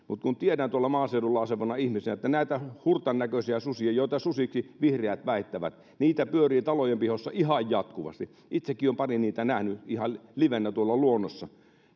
kun tiedän tuolla maaseudulla asuvana ihmisenä että näitä hurtan näköisiä susia joita susiksi vihreät väittävät pyörii talojen pihoissa ihan jatkuvasti itsekin olen pari niitä nähnyt ihan livenä tuolla luonnossa